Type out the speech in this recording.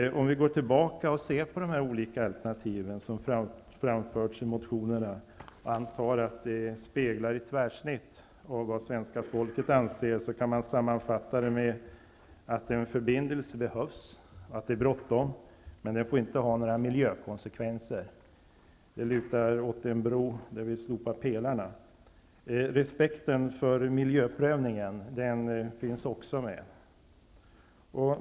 De olika alternativ som framförs i motionerna, och som kan antas spegla ett tvärsnitt av vad svenska folket anser, kan sammanfattas på följande sätt: En förbindelse behövs, och det är bråttom, men den får inte ha några miljökonsekvenser. Det lutar åt en bro, där vi slopar pelarna. Respekten för miljöprövningen finns också med.